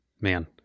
man